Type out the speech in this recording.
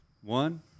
One